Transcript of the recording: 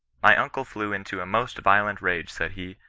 my uncle flew into a most violent rage, said he,